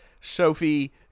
Sophie